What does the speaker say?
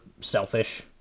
selfish